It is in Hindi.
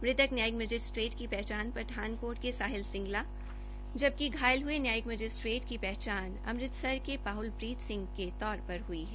मृतक न्यायिक मैजिस्ट्रेट की पठानकोट के साहिल सिंगला जबकि घायल हये न्यायिक मैजिस्ट्रेट पहचान की पहचान अमृतसर क पाहलप्रीत सिंह के तौर पर हई है